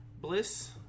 Bliss